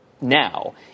now